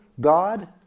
God